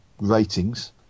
ratings